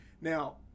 Now